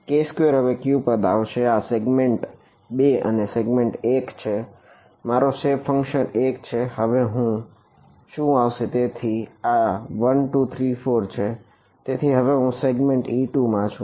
k2 હવે કયું પદ આવશે આ સેગ્મેન્ટ e2 માં છું